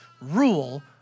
rule